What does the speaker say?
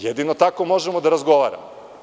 Jedino tako možemo da razgovaramo.